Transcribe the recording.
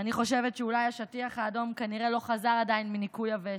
אני חושבת שאולי השטיח האדום כנראה לא חזר עדיין מניקוי יבש,